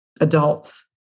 adults